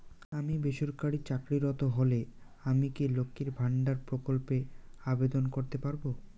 আমি বেসরকারি চাকরিরত হলে আমি কি লক্ষীর ভান্ডার প্রকল্পে আবেদন করতে পারব?